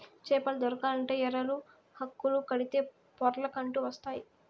చేపలు దొరకాలంటే ఎరలు, హుక్కులు కడితే పొర్లకంటూ వస్తాయి